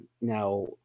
Now